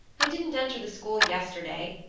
i didn't enter the school yesterday.